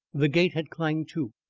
the gate had clanged to.